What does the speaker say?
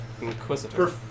Inquisitor